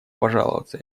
пожаловаться